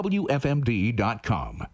wfmd.com